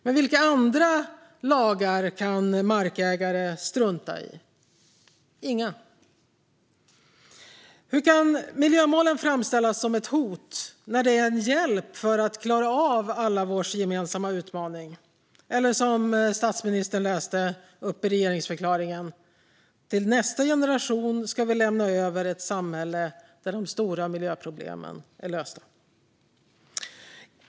Men vilka andra lagar kan markägare strunta i? Inga. Hur kan miljömålen framställas som ett hot när de är en hjälp för att klara av allas vår gemensamma utmaning? Som statsministern sa i regeringsförklaringen: Till nästa generation ska vi lämna över ett samhälle där de stora miljöproblemen är lösta.